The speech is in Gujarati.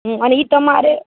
હમ અને એ તમારે